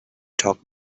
talk